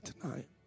tonight